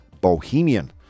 Bohemian